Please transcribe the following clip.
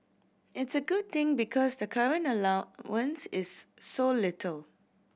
it's a good thing because the current allowance is so little